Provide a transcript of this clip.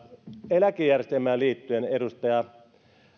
eläkejärjestelmään liittyen edustajat